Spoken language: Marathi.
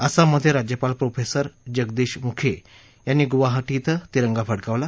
आसाममध्ये राज्यपाल प्रोफेसर जगदिश मुखी यांनी गुवाहाटी कें तिरंगा फडकावला